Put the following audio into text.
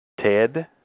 Ted